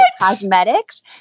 cosmetics